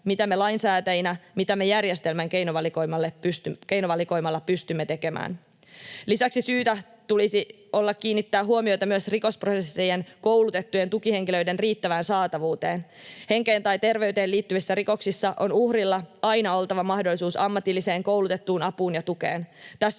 mitä me lainsäätäjinä, mitä me järjestelmän keinovalikoimalla pystymme tekemään. Lisäksi syytä olisi kiinnittää huomiota myös rikosprosessien koulutettujen tukihenkilöiden riittävään saatavuuteen. Henkeen tai terveyteen liittyvissä rikoksissa on uhrilla aina oltava mahdollisuus ammatilliseen, koulutettuun apuun ja tukeen. Tässä